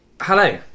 Hello